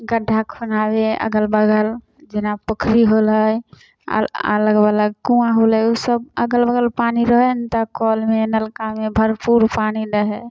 गड्ढा खुनाबे अगल बगल जेना पोखरी होलै आओर अगल बगल कुँआ होलै ईसब अगल बगल पानी रहै है ने तऽ कलमे नलकामे भरपूर पानि दै है